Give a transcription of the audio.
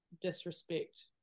disrespect